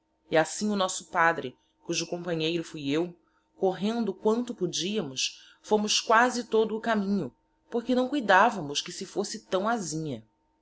e assim o nosso padre cujo companheiro fui eu correndo quanto podiamos fomos quasi todo o caminho porque não cuidavamos que se fosse taõ asinha